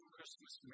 Christmas